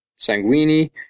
Sanguini